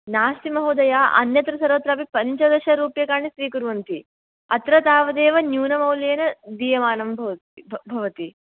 नास्ति महोदये अन्यत्र सर्वत्रापि पञ्चदशरूप्यकाणि स्वीकुर्वन्ति अत्र तावदेव न्यूनमूल्येन दीयमानं भवति भ भवति